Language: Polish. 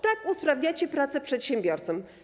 Tak usprawniacie pracę przedsiębiorcom.